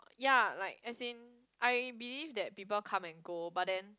ya like as in I believe that people come and go but then